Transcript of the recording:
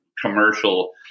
commercial